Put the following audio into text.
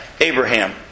Abraham